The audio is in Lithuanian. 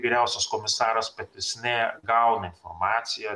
vyriausias komisaras patisnė gauna informaciją